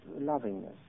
lovingness